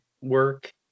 work